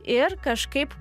ir kažkaip